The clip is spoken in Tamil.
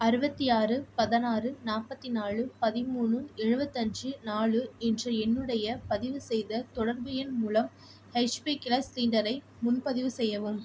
அறுபத்தி ஆறு பதினாறு நாற்பத்தி நாலு பதிமூணு எழுபத்தி அஞ்சு நாலு என்ற என்னுடைய பதிவுசெய்த தொடர்பு எண் மூலம் ஹச்பி கேஸ் சிலிண்டரை முன்பதிவு செய்யவும்